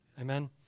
Amen